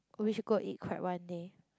oh we should go eat crab one day